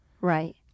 Right